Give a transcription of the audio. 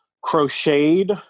crocheted